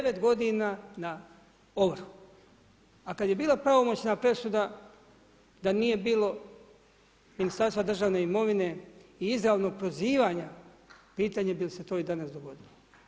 9 godina na ovrhu, a kad je bila pravomoćna presuda, da nije bilo Ministarstva državne imovine, i izravnog prozivanja, pitanje bi li se to i danas dogodilo.